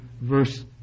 verse